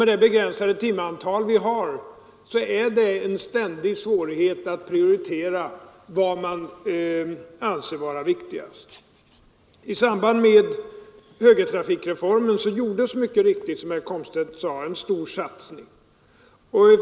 Med det begränsade timantal vi har är det en ständig svårighet att prioritera vad man anser viktigt. I samband med högertrafikreformen gjordes, som herr Komstedt mycket riktigt sade, en stor satsning.